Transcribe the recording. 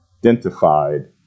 identified